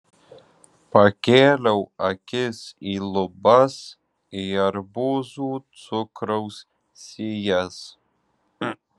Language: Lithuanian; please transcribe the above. pakėliau akis į lubas į arbūzų cukraus sijas